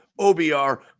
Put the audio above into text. OBR